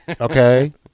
Okay